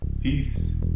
Peace